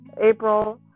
april